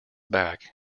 back